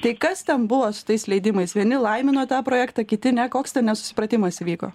tai kas ten buvo su tais leidimais vieni laimino tą projektą kiti ne koks ten nesusipratimas įvyko